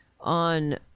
on